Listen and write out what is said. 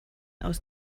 aus